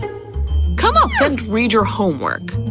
come up and read your homework!